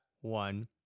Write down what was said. one